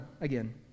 again